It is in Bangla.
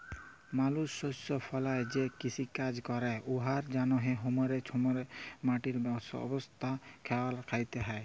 মালুস শস্য ফলাঁয় যে কিষিকাজ ক্যরে উয়ার জ্যনহে ছময়ে ছময়ে মাটির অবস্থা খেয়াল রাইখতে হ্যয়